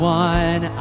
one